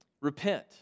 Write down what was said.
Repent